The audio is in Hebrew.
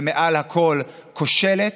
ומעל הכול כושלת,